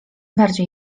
bardziej